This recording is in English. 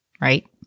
right